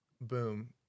Boom